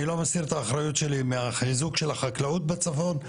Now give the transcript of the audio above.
אני לא מסיר את האחריות שלי מהחיזוק של החקלאות בצפון,